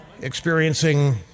experiencing